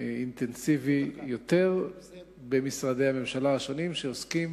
אינטנסיבי יותר במשרדי הממשלה שעוסקים